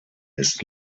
ist